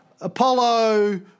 Apollo